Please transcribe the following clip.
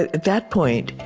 that that point,